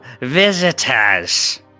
visitors